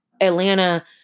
Atlanta